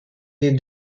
les